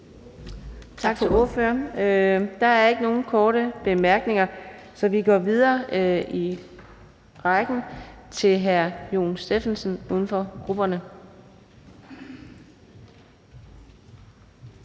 Tak til ordføreren. Der er ikke nogen korte bemærkninger, så vi går videre i ordførerrækken til hr. Jon Stephensen, uden for grupperne.